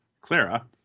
Clara